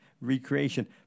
recreation